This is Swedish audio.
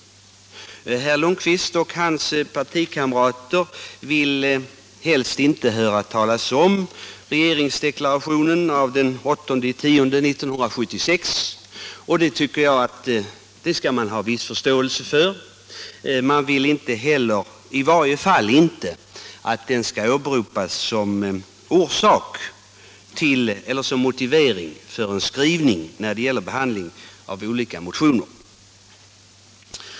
Herr Lundkvist och hans partikamrater vill helst inte höra talas om regeringsdeklarationen av den 8 oktober i år, och det kan jag ha en viss förståelse för. De vill i varje fall inte att den skall åberopas som motivering för skrivning när det gäller behandlingen av olika motioner.